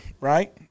right